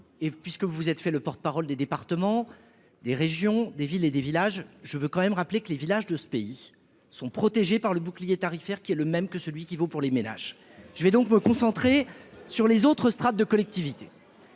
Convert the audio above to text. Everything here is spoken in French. et puisque vous vous êtes fait le porte-parole des départements, des régions, des villes et des villages, je veux quand même rappeler que les villages de ce pays sont protégés par le bouclier tarifaire qui est le même que celui qui vaut pour les ménages. Je vais donc me concentrer sur les autres strates de collectivités,